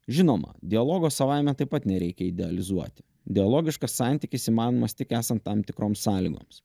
žinoma dialogo savaime taip pat nereikia idealizuoti dialogiškas santykis įmanomas tik esant tam tikroms sąlygoms